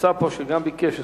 שנמצא פה, גם כן ביקש.